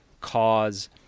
cause